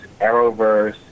Arrowverse